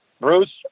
Bruce